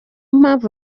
mpamvu